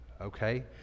okay